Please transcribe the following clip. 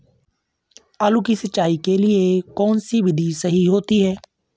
आलू की सिंचाई के लिए कौन सी विधि सही होती है?